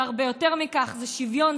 זה הרבה יותר מכך: זה שוויון,